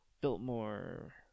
Biltmore